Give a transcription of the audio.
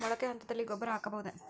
ಮೊಳಕೆ ಹಂತದಲ್ಲಿ ಗೊಬ್ಬರ ಹಾಕಬಹುದೇ?